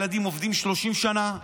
הילדים עובדים 30 שנה,